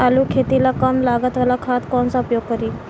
आलू के खेती ला कम लागत वाला खाद कौन सा उपयोग करी?